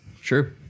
Sure